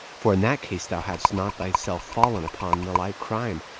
for in that case thou hadst not thyself fallen upon the like crime,